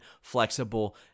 flexible